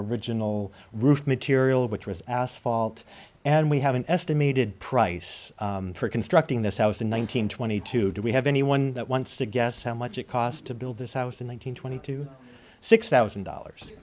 original roof material which was asphalt and we have an estimated price for constructing this house in one nine hundred twenty two do we have anyone that wants to guess how much it cost to build this house in one thousand twenty two six thousand dollars